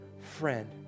friend